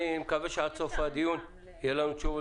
אני מקווה שעד סוף הדיון יהיו לנו תשובות